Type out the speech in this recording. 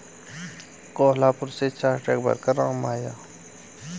कोहलापुर से चार ट्रक भरकर आम आया है